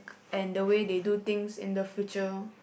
and the way they do things in the future